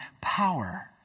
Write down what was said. power